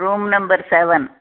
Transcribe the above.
room number seven